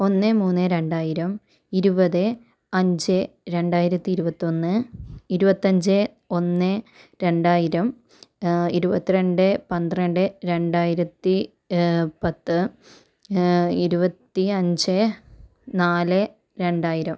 ഒന്ന് മൂന്ന് രണ്ടായിരം ഇരുപത് അഞ്ച് രണ്ടായിരത്തി ഇരുപത്തൊന്ന് ഇരുപത്തഞ്ച് ഒന്ന് രണ്ടായിരം ഇരുപത്രണ്ട് പന്ത്രണ്ട് രണ്ടായിരത്തി പത്ത് ഇരുപത്തി അഞ്ച് നാല് രണ്ടായിരം